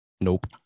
Nope